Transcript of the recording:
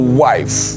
wife